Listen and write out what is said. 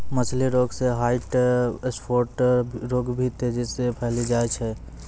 मछली रोग मे ह्वाइट स्फोट रोग भी तेजी से फैली जाय छै